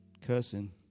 cussing